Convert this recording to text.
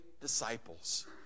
disciples